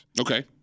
Okay